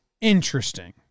Interesting